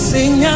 Sing